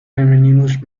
femeninos